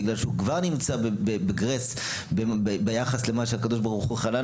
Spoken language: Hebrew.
בגלל שהוא כבר נמצא בגרייס ביחס למה שהקדוש ברוך חנן,